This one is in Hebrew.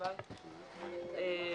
בבקשה.